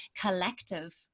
collective